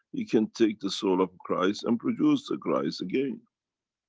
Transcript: you can take the soul of christ and produce the christ again.